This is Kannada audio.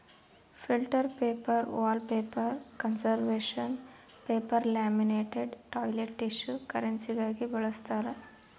filter paper wallpaper conservation paper laminated toilet tissue ಕರೆನ್ಸಿಗಾಗಿ ಬಳಸ್ತಾರ